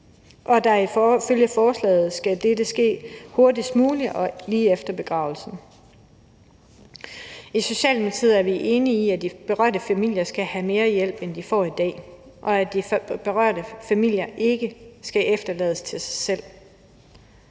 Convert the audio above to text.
opgaver. Ifølge forslaget skal dette ske hurtigst muligt og lige efter begravelsen. I Socialdemokratiet er vi enige i, at de berørte familier skal have mere hjælp, end de får i dag, og at de berørte familier ikke skal efterlades til sig selv.